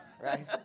right